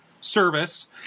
service